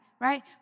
Right